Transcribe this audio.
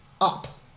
up